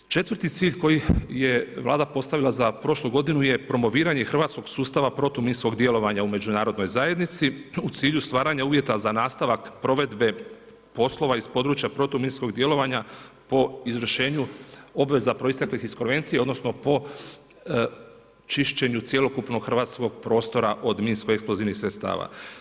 4. cilj koji je Vlada postavila za prošlu godinu je promoviranje hrvatskog sustava protuminskog djelovanja u međunarodnoj zajednici u cilju stvaranja uvjeta za nastavak provedbe poslova iz područja protuminskog djelovanja po izvršenju obveza proisteklih iz konvencije odnosno po čišćenju cjelokupnog prostora od minsko-eksplozivnih sredstava.